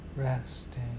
resting